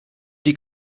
die